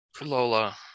Lola